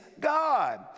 God